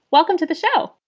welcome to the show.